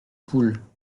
poules